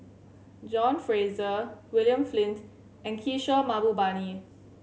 John Fraser William Flint and Kishore Mahbubani